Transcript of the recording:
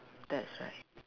that's right